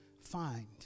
find